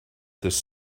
this